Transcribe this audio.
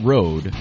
Road